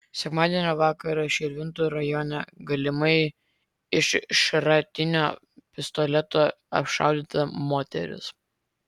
sekmadienio vakarą širvintų rajone galimai iš šratinio pistoleto apšaudyta moteris